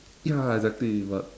ya exactly but